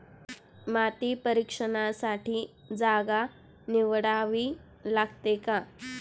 माती परीक्षणासाठी जागा निवडावी लागते का?